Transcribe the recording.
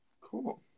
Cool